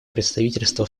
представительства